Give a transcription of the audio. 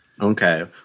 okay